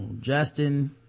Justin